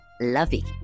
lovey